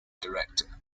director